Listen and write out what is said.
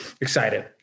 excited